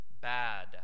bad